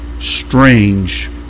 strange